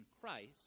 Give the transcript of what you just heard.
Christ